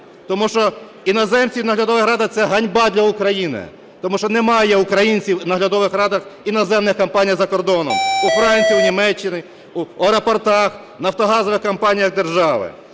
Тому що іноземці в наглядових радах – це ганьба для України. Тому що немає українців в наглядових радах іноземних компаній за кордоном: у Франції, у Німеччині, в аеропортах, нафтогазових компаніях держави.